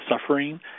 suffering